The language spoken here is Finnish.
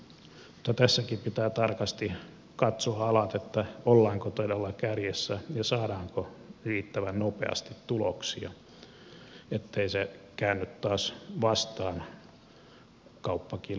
mutta tässäkin pitää tarkasti katsoa alat ollaanko todella kärjessä ja saadaanko riittävän nopeasti tuloksia ettei se käänny taas vastaan kauppakilpailussa muualla